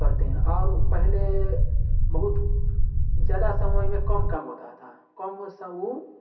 करते हैं और पहले बहुत ज्यादा समय में कम काम होता था कम स उस